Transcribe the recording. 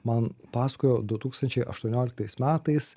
man pasakojo du tūkstančiai aštuonioliktais metais